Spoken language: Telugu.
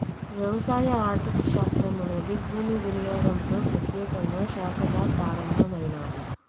వ్యవసాయ ఆర్థిక శాస్త్రం అనేది భూమి వినియోగంతో ప్రత్యేకంగా శాఖగా ప్రారంభమైనాది